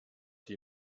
die